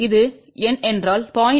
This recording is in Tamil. இது எண் என்றால் 0